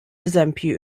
eżempji